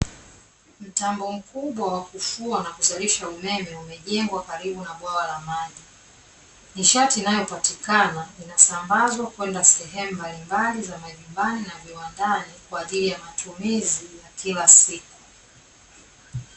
Mtambo mkubwa wa kufua na kuzalisha umeme umejengwa karibu na bwawa la maji. Nishati inayopatikana inasambazwa kwenda sehemu mbalimbali za majumbani na viwandani kwa ajili ya matumizi ya kila siku.